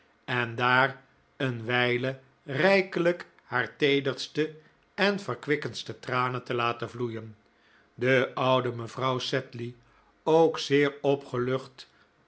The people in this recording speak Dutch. en daar een wijle rijkelijk haar teederste en verkwikkendste tranen te laten vloeien de oude mevrouw sedley ook zeer opgelucht